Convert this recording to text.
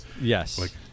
Yes